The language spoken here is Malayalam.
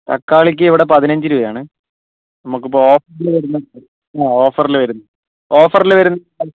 തക്കാളിക്ക് ഇവിടെ പതിനഞ്ച് രൂപയാണ് നമുക്കിപ്പോൾ ഓഫറിൽ വരുന്നുണ്ട് ആ ഓഫറിൽ വരിന്നു ഓഫറിൽ വരുന്നു